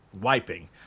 wiping